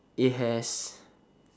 it has